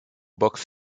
box